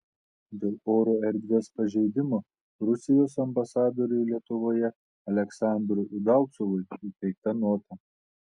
dėl oro erdvės pažeidimo rusijos ambasadoriui lietuvoje aleksandrui udalcovui įteikta nota